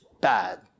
bad